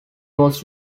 was